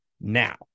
now